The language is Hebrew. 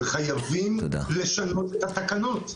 חייבים לשנות את התקנות.